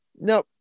No